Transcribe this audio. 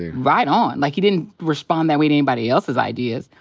right on? like, he didn't respond that way to anybody else's ideas.